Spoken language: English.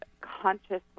consciously